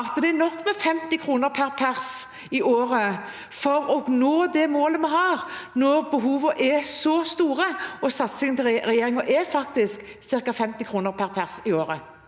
det er nok med 50 kr per person i året for å nå det målet vi har, når behovene er så store? Satsingen fra regjeringen er faktisk ca. 50 kr per person i året.